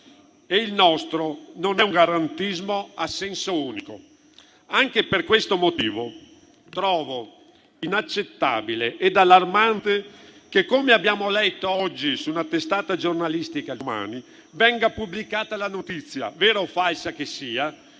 e il nostro non è un garantismo a senso unico. Anche per questo motivo, trovo inaccettabile ed allarmante che, come abbiamo letto oggi su una testata giornalistica, il «Domani», venga pubblicata la notizia, vera o falsa che sia,